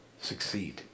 succeed